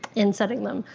and setting them.